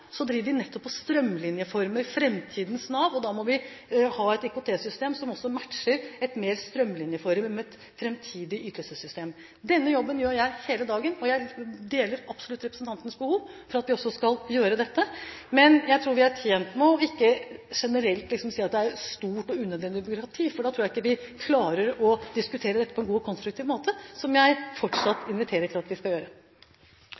driver vi nettopp og strømlinjeformer framtidens Nav, og da må vi ha et IKT-system som matcher et mer strømlinjeformet, framtidig ytelsessystem. Denne jobben gjør jeg hele dagen, og jeg deler absolutt representantens syn på behovet for at vi skal gjøre dette, men jeg tror vi er tjent med ikke generelt å si at det er et stort og unødvendig byråkrati, for da tror jeg ikke vi klarer å diskutere dette på en god og konstruktiv måte – som jeg fortsatt inviterer til at vi skal gjøre.